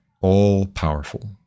all-powerful